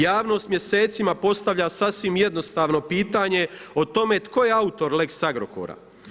Javnost mjesecima postavlja sasvim jednostavno pitanje o tome tko je autor lex Agrokora.